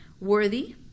worthy